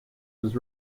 was